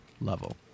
level